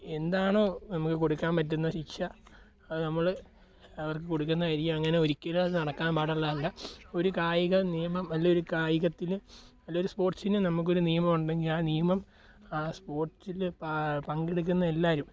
എന്താണോ നമുക്ക് കൊടുക്കാൻ പറ്റുന്ന ശിക്ഷ അത് നമ്മൾ അവർക്ക് കൊടുക്കുന്നതായിരിക്കും അങ്ങനെ ഒരിക്കലും അത് നടക്കാൻ പാടുള്ളതല്ല ഒരു കായിക നിയമം അല്ലെങ്കിൽ ഒരു കായികത്തിന് അല്ലെങ്കിൽ ഒരു സ്പോർട്സിന് നമുക്കൊരു നിയമം ഉണ്ടെങ്കിൽ ആ നിയമം സ്പോർട്സിൽ പ പങ്കെടുക്കുന്ന എല്ലാവരും